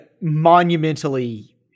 monumentally